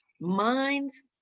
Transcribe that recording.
minds